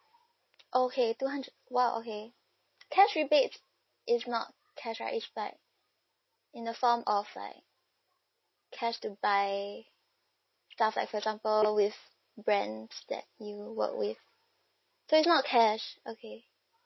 okay two hundred !wow! okay cash rebate is not cash right it's like in the form of like cash to buy stuff like for example with brands that you work with so it's not cash okay